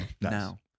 Now